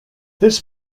this